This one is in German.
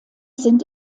sind